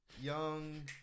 young